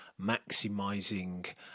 maximising